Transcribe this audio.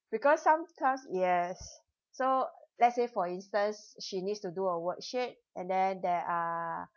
because some task yes so let's say for instance she needs to do a worksheet and then there are